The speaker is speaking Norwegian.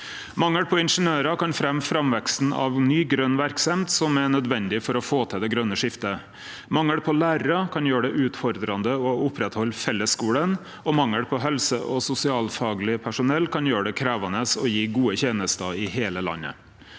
Mangel på ingeniørar kan hemje framveksten av ny grøn verksemd som er nødvendig for å få til det grøne skiftet. Mangel på lærarar kan gjere det utfordrande å oppretthalde fellesskulen, og mangel på helse- og sosialfagleg personell kan gjere det krevjande å gje gode tenester i heile landet.